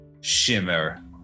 Shimmer